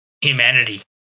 humanity